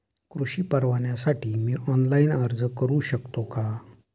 कृषी परवान्यासाठी मी ऑनलाइन अर्ज करू शकतो का?